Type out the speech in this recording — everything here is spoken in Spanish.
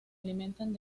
alimentan